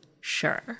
Sure